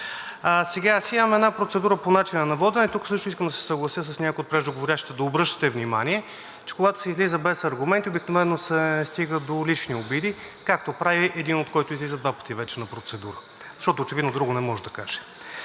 него. Аз имам една процедура по начина на водене. Тук искам да се съглася с някои от преждеговорящите да обръщате внимание, че когато се излиза без аргументи, обикновено се стига до лични обиди, както прави един, който вече два пъти излиза на процедура. Защото очевидно друго не може да каже.